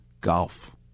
golf